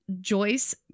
Joyce